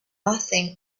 nothing